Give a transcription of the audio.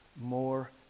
more